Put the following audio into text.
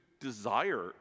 desire